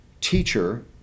teacher